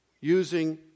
using